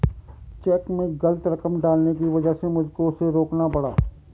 check में गलत रकम डालने की वजह से मुझको उसे रोकना पड़ा